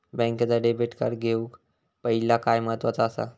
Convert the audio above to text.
बँकेचा debit card घेउक पाहिले काय महत्वाचा असा?